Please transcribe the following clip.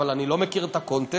אבל אני לא מכיר את הקונטקסט